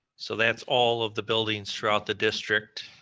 so that's all of the buildings throughout the district,